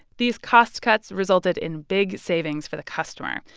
these cost cuts resulted in big savings for the customer,